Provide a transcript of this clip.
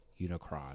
Unicron